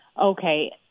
Okay